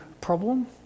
problem